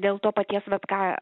dėl to paties vat ką